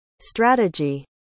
strategy